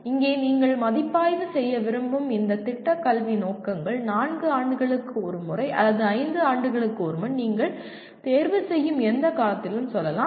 இங்கே நீங்கள் மதிப்பாய்வு செய்ய விரும்பும் இந்த திட்ட கல்வி நோக்கங்கள் நான்கு ஆண்டுகளுக்கு ஒரு முறை அல்லது ஐந்து ஆண்டுகளுக்கு ஒரு முறை நீங்கள் தேர்வு செய்யும் எந்த காலத்திலும் சொல்லலாம்